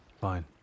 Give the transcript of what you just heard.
Fine